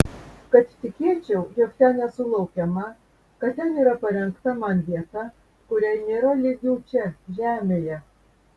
kad tikėčiau jog ten esu laukiama kad ten yra parengta man vieta kuriai nėra lygių čia žemėje